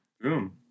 Boom